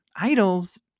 idols